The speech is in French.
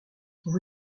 vous